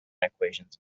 equations